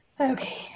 Okay